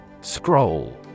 Scroll